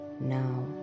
now